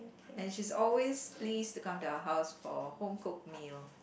and she's always pleased to come to our house for home cooked meal